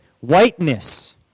whiteness